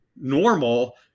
normal